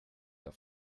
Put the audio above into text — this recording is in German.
auf